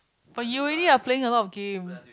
but you already are playing a lot of game